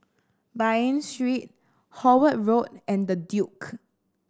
Bain Street Howard Road and The Duke